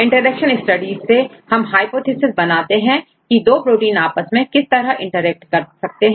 interaction studies से हम hypothesis बनाते हैं की दो प्रोटीन आपस में किस तरह इंटरेक्ट कर सकते हैं